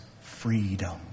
freedom